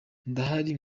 ndahari